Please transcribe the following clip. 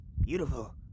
beautiful